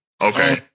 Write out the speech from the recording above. okay